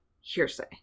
hearsay